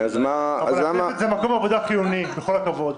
אבל הכנסת היא מקום עבודה חיוני, עם כל הכבוד.